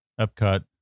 Epcot